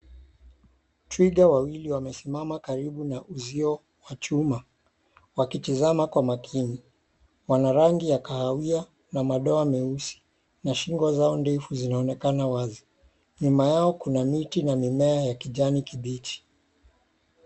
Twiga wawili wamesimama karibu na uzio wa chuma wakitizama kwa makini. Wana rangi ya kahawia na madoa meusi na shingo zao ndefu zinaonekana wazi. Nyuma yao kuna miti na mimea ya kijani kibichi